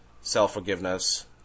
self-forgiveness